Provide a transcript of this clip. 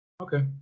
Okay